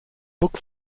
book